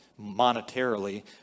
monetarily